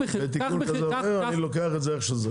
בתיקון כזה או אחר אני לוקח את זה איך שזה.